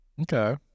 Okay